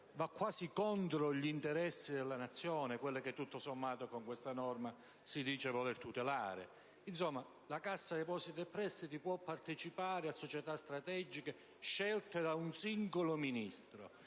vada contro gli interessi della Nazione, quelli che, tutto sommato, con questa norma si dice di voler tutelare. La Cassa depositi è prestiti può partecipare a società strategiche scelte da un singolo Ministro